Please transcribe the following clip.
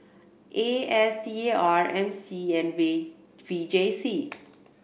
A S T R M C and V V J C